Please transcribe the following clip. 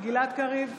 גלעד קריב,